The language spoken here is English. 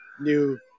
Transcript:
New